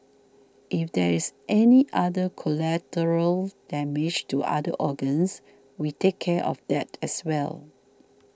if there is any other collateral damage to other organs we take care of that as well